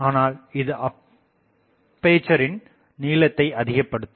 ஆனால் இது அப்பேசரின் நீளத்தை அதிகப்படுத்தும்